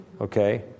okay